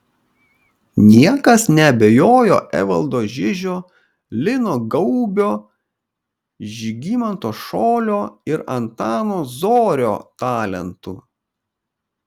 niekas neabejojo evaldo žižio lino gaubio žygimanto šolio ir antano zorio talentu